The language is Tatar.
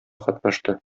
катнашты